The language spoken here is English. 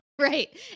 Right